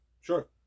Sure